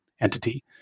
entity